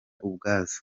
ubwazo